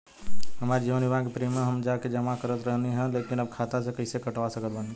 हमार जीवन बीमा के प्रीमीयम हम जा के जमा करत रहनी ह लेकिन अब खाता से कइसे कटवा सकत बानी?